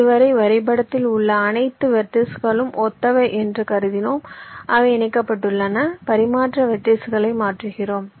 இதுவரை வரைபடத்தில் உள்ள அனைத்து வெர்ட்டிஸ்களும் ஒத்தவை என்று கருதினோம் அவை இணைக்கப்பட்டுள்ளன பரிமாற்ற வெர்ட்டிஸ்களை மாற்றுகிறோம்